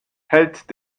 hält